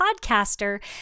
podcaster